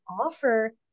offer